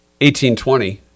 1820